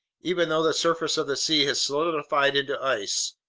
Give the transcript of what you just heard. even though the surface of the sea has solidified into ice,